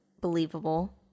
believable